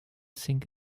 think